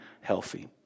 healthy